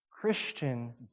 Christian